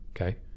okay